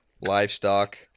livestock